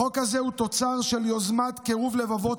החוק הזה הוא תוצר של יוזמה שלי לקירוב לבבות